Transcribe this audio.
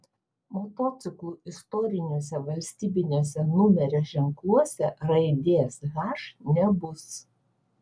motociklų istoriniuose valstybiniuose numerio ženkluose raidės h nebus